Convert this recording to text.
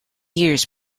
years